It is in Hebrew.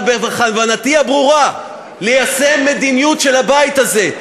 אבל בכוונתי הברורה ליישם מדיניות של הבית הזה.